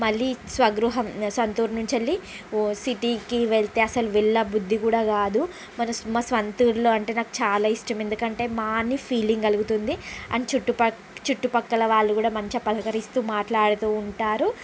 మళ్ళీ స్వగృహం సొంతూరు నుంచి వెళ్ళీ సిటీకి వెళ్తే అసలు వెళ్లబుద్ధి కూడా కాదు మన మా సొంతూరులో అంటే నాకూ చాలా ఇష్టం ఎందుకంటే మా అని ఫీలింగ్ కలుగుతుంది అండ్ చుట్టుపక్ చుట్టుపక్కల వాళ్ళు కూడా మంచిగా పలకరిస్తూ మాట్లాడుతూ ఉంటారు